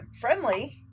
friendly